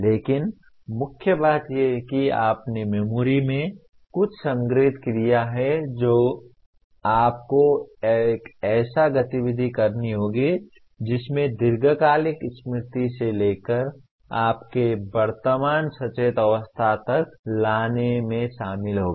लेकिन मुख्य बात यह है कि आपने मेमोरी में कुछ संग्रहीत किया है और आपको एक ऐसी गतिविधि करनी होगी जिसमें दीर्घकालिक स्मृति से लेकर आपके वर्तमान सचेत अवस्था तक लाने में शामिल होगा